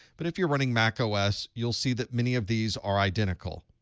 but if you're running macos, you'll see that many of these are identical.